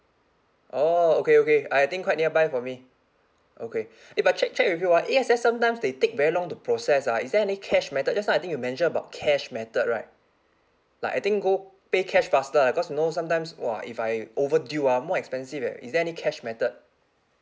orh okay okay I think quite nearby for me okay eh but check check with you ah A_X_S sometimes they take very long to process ah is there any cash method just now I think you mentioned about cash method right like I think go pay cash faster leh cause you know sometimes !wah! if I overdue ah more expensive eh is there any cash method